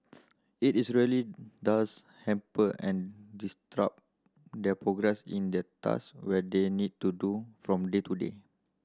it is really does hamper and disrupt their progress in the task when they need to do from day to day